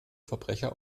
verbrecher